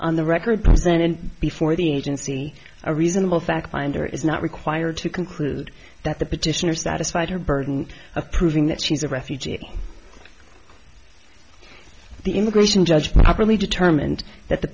on the record then before the agency a reasonable fact finder is not required to conclude that the petitioner satisfied her burden of proving that she's a refugee the immigration judge really determined that the